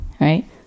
right